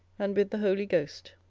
and with the holy ghost.